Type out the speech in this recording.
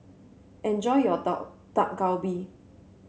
enjoy your Dak Dak Galbi